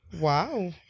Wow